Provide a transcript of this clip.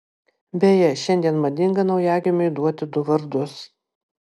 beje šiandien madinga naujagimiui duoti du vardus